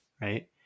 right